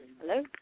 Hello